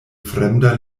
fremda